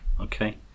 Okay